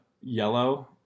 yellow